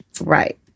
Right